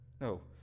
No